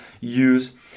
use